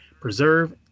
Preserve